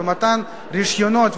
במתן רשיונות,